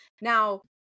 Now